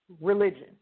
religion